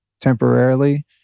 temporarily